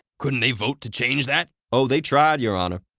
couldn't they vote to change that? oh, they tried, your honor.